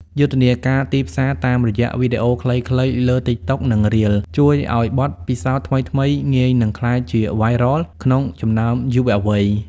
យុទ្ធនាការទីផ្សារតាមរយៈវីដេអូខ្លីៗលើ TikTok និង Reels ជួយឱ្យបទចម្រៀងថ្មីៗងាយនឹងក្លាយជា "Viral" ក្នុងចំណោមយុវវ័យ។